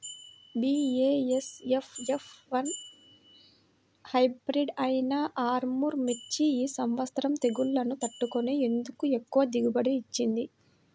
BASF F one hybrid అయినా ఆర్ముర్ మిర్చి ఈ సంవత్సరం తెగుళ్లును తట్టుకొని ఎందుకు ఎక్కువ దిగుబడి ఇచ్చింది?